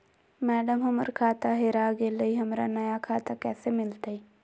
madam, हमर खाता हेरा गेलई, हमरा नया खाता कैसे मिलते